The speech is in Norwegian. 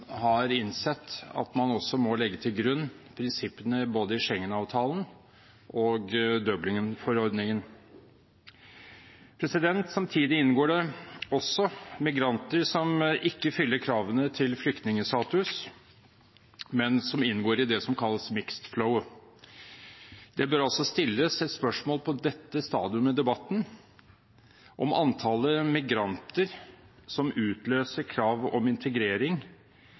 har innsett at man må legge til grunn prinsippene i både Schengen-avtalen og Dublin-forordningen. Samtidig inngår det også migranter som ikke fyller kravene til flyktningstatus, men som inngår i det som kalles «mixed flows». Det bør stilles et spørsmål på dette stadium i debatten om hvorvidt antallet migranter som utløser krav om integrering,